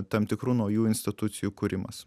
tam tikrų naujų institucijų kūrimas